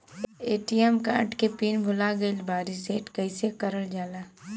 ATM card के pin भूला गइल बा रीसेट कईसे करल जाला?